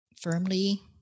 firmly